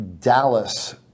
Dallas